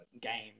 game